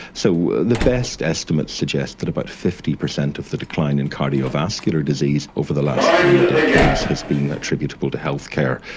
so the best estimates suggest that about fifty percent of the decline in cardiovascular disease over the last three decades has been attributable to healthcare,